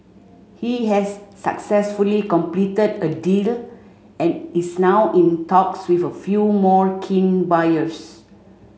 he has successfully completed a deal and is now in talks with a few more keen buyers